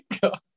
God